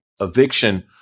eviction